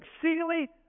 exceedingly